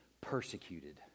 persecuted